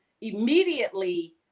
immediately